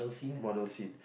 model scene